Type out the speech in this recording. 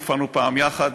הופענו פעם יחד.